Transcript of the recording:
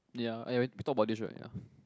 ya eh we talk about this right ya